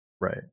right